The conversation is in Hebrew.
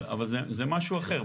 אבל זה משהו אחר.